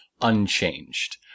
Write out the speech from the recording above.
unchanged